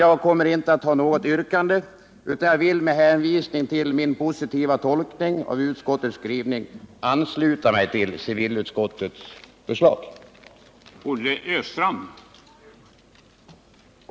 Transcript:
Jag har inget yrkande utan vill med hänvisning till min positiva tolkning av utskottets skrivning ansluta mig till civilutskottets förslag.